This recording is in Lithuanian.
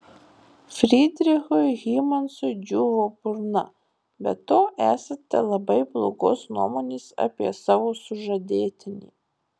frydrichui hymansui džiūvo burna be to esate labai blogos nuomonės apie savo sužadėtinį